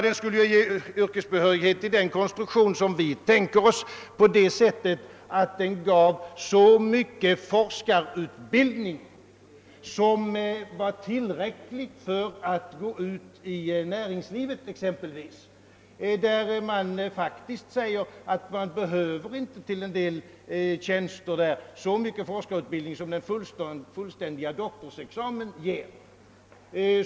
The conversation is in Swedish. Det skulle denna examen göra med den konstruktion som vi tänker oss; den skulle ge så mycket forskarutbildning som behövs för den som ämnar gå ut i näringslivet exempelvis, där man faktiskt säger att det till vissa tjänster inte behövs så mycket forskarutbildning som en fullständig doktorsexamen innebär.